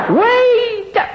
wait